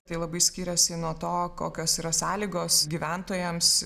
tai labai skiriasi nuo to kokios yra sąlygos gyventojams